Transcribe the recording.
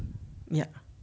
ya